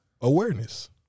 awareness